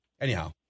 Anyhow